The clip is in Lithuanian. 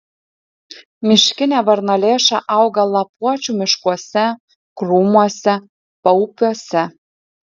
miškinė varnalėša auga lapuočių miškuose krūmuose paupiuose